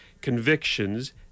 convictions